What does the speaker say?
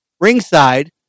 ringside